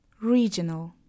Regional